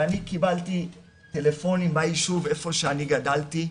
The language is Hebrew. אני קיבלתי טלפונים מאנשים ביישוב איפה שאני גדלתי,